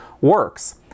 works